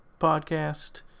podcast